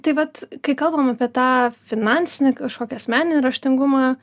tai vat kai kalbam apie tą finansinį kažkokį asmenį raštingumą